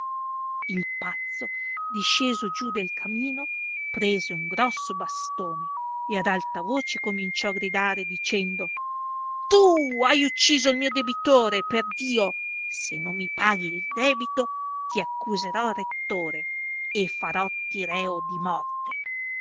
il pazzo disceso giù del camino prese un grosso bastone e ad alta voce cominciò gridare dicendo tu hai ucciso il mio debitore per dio se non mi paghi il debito ti accuserò al rettore e farotti reo di morte